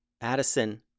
Addison